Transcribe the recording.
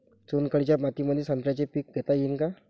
चुनखडीच्या मातीमंदी संत्र्याचे पीक घेता येईन का?